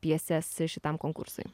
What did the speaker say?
pjeses šitam konkursui